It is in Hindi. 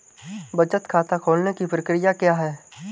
बचत खाता खोलने की प्रक्रिया क्या है?